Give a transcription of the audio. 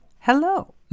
hello